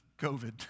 COVID